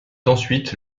ensuite